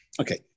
Okay